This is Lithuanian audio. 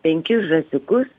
penkis žąsiukus